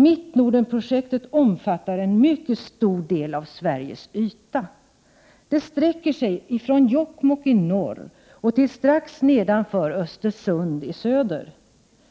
Mittnordenprojektet omfattar en mycket stor del av Sveriges yta. Det sträcker sig från Jokkmokk i norr och till strax nedanför Östersund i söder.